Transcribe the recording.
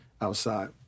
outside